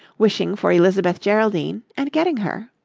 wishing for elizabeth geraldine and getting her.